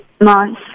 nice